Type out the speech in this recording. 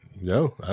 No